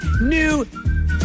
new